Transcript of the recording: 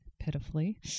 pitifully